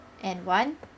and one